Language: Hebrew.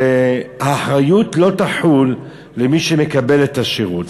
שהאחריות לא תחול על מי שמקבל את השירות,